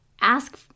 ask